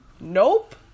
Nope